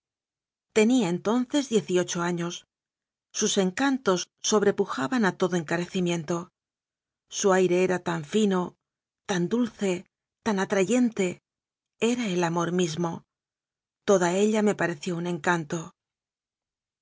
tenía entonces diez y ocho años sus encantos sobrepujaban a todo encarecimiento su aire era tan fino tan dul ce tan atrayente era el amor mismo toda ella me pareció un encanto